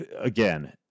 again